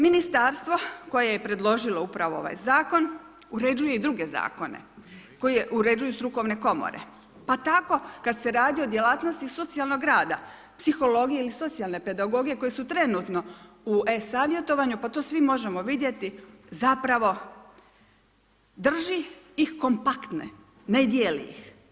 Ministarstvo koje je predložilo upravo ovaj zakon uređuje i druge zakone koje uređuju strukovne komore pa tako kad se radi o djelatnosti socijalnog rada psihologije ili socijalne pedagogije koje su trenutno u e-savjetovanju pa to svi možemo vidjeti zapravo drži ih kompaktne ne dijeli ih.